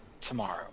Tomorrow